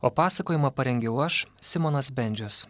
o pasakojimą parengiau aš simonas bendžius